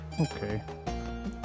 Okay